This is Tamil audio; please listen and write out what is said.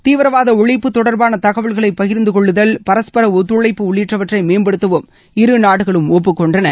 தீவிரவாத ஒழிப்பு தொடர்பான தகவல்களை பகிர்ந்து கொள்ளுதல் பரஸ்பர ஒத்துழைப்பு உள்ளிட்டவற்றை மேம்படுத்தவும் இருநாடுகளும் ஒப்புக்கொண்டன